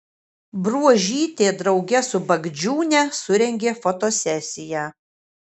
bruožytė drauge su bagdžiūne surengė fotosesiją